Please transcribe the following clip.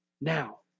now